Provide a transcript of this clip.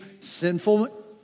sinful